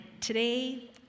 Today